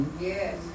Yes